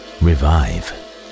revive